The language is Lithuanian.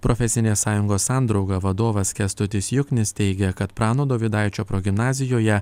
profesinės sąjungos sandrauga vadovas kęstutis juknis teigia kad prano dovydaičio progimnazijoje